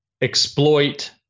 exploit